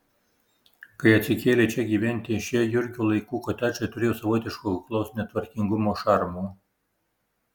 kai atsikėlė čia gyventi šie jurgio laikų kotedžai turėjo savotiško kuklaus netvarkingumo šarmo